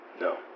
No